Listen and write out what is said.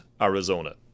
Arizona